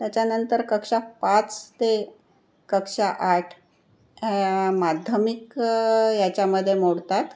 त्याच्यानंतर कक्षा पाच ते कक्षा आठ माध्यमिक याच्यामध्ये मोडतात